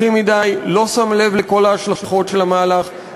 לא שם לב לכל ההשלכות של המהלך,